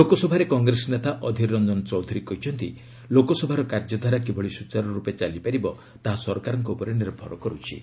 ଲୋକସଭାରେ କଂଗ୍ରେସ ନେତା ଅଧୀର ରଞ୍ଜନ ଚୌଧୁରୀ କହିଛନ୍ତି ଲୋକସଭାର କାର୍ଯ୍ୟଧାରା କିଭଳି ସ୍ତୁଚାରୁର୍ପେ ଚାଲିପାରିବ ତାହା ସରକାରଙ୍କ ଉପରେ ନିର୍ଭର କର୍ତ୍ଥି